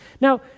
now